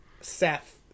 Seth